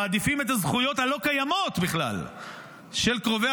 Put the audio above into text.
הם מעדיפים את הזכויות הלא-קיימות בכלל של קרובי